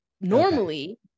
Normally